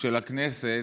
של הכנסת,